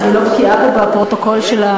אני לא בקיאה פה בפרוטוקול של,